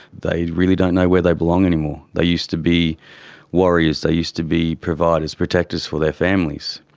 they really don't know where they belong anymore. they used to be warriors, they used to be providers, protectors for their families.